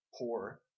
Poor